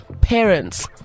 parents